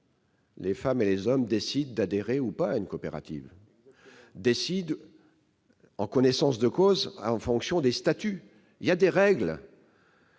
Des femmes et des hommes décident d'adhérer ou non à une coopérative. Ils décident en connaissance de cause, en fonction des statuts ; il y a des règles.